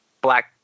Black